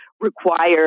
require